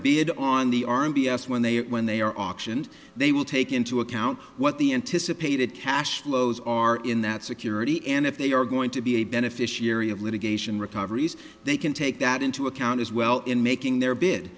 bid on the r b s when they when they are auctioned they will take into account what the anticipated cash flows are in that security and if they are going to be a beneficiary of litigation recoveries they can take that into account as well in making their b